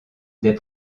des